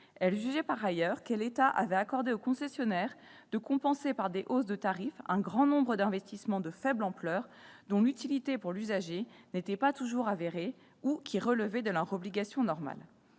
Elle jugeait par ailleurs que l'État avait accordé aux concessionnaires de compenser par des hausses de tarifs un grand nombre d'investissements de faible ampleur, dont l'utilité pour l'usager n'était pas toujours avérée, ou qui relevaient de leurs obligations normales.